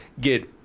get